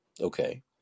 okay